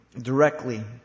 directly